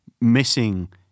missing